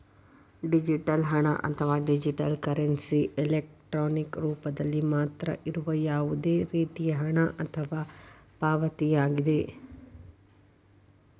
digital ಹಣ, ಅಥವಾ digital currency, electronic ರೂಪದಲ್ಲಿ ಮಾತ್ರ ಇರುವ ಯಾವುದೇ ರೇತಿಯ ಹಣ ಅಥವಾ ಪಾವತಿಯಾಗಿದೆ